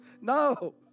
no